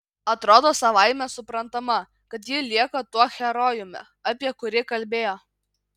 atrodo savaime suprantama kad ji lieka tuo herojumi apie kurį kalbėjo